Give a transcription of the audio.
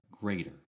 greater